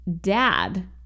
dad